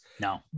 No